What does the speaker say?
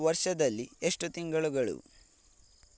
ವರ್ಷದಲ್ಲಿ ಎಷ್ಟು ತಿಂಗಳುಗಳು